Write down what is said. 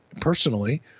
personally